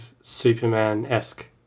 Superman-esque